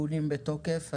התיקונים בתוקף.